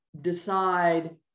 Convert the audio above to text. decide